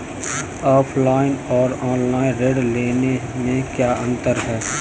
Offline और online ऋण लेने में क्या अंतर है?